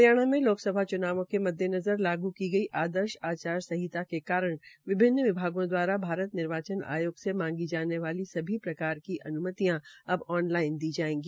हरियाणा में लोकसभा चुनावों के मद्देनज़र लागू की गई आदर्श आचार संहित के कारण विभिन्न विभागों दवारा भारत निर्वाचन आयोग से मांगी जाने वाली सभी प्रकार की अन्मतियां अब ऑन लाइन हो जायेंगी